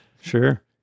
Sure